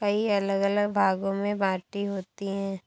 कई अलग अलग भागों में बंटी होती हैं